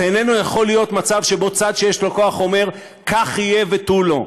זה איננו יכול להיות מצב שבו צד שיש לו כוח אומר: כך יהיה ותו לא.